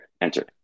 enter